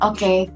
Okay